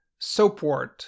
Soapwort